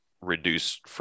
reduce